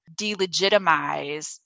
delegitimize